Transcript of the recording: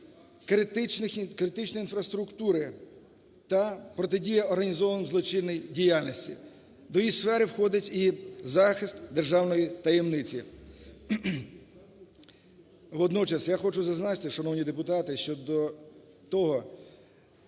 критичної інфраструктури та протидії організованій злочинній діяльності. До її сфери входить і захист державної таємниці. Водночас, я хочу зазначити, шановні депутати, щодо того,